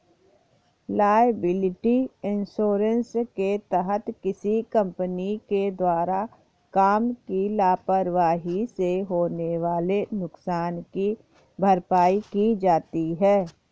liability insurance के तहत किसी कंपनी के द्वारा काम की लापरवाही से होने वाले नुकसान की भरपाई की जाती है